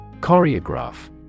Choreograph